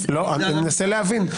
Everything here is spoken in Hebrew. אני מנסה להבין.